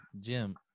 Jim